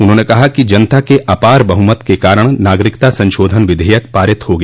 उन्होंने कहा कि जनता के अपार बहुमत के कारण नागरिकता संशोधन विधेयक पारित हो गया